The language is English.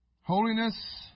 Holiness